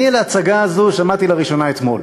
אני על ההצגה הזאת שמעתי לראשונה אתמול,